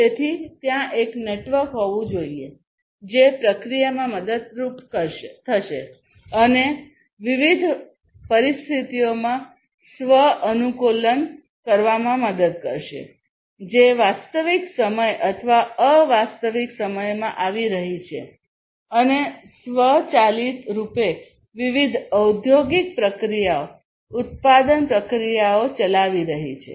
તેથી ત્યાં એક નેટવર્ક હોવું જોઈએ જે પ્રક્રિયામાં મદદ કરશે અને વિવિધ પરિસ્થિતિઓમાં સ્વ અનુકૂલન કરવામાં મદદ કરશે જે વાસ્તવિક સમય અથવા અ વાસ્તવિક સમયમાં આવી રહી છે અને સ્વચાલિત રૂપે વિવિધ ઔદ્યોગિક પ્રક્રિયાઓ ઉત્પાદન પ્રક્રિયાઓ ચલાવી રહી છે